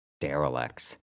derelicts